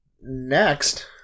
next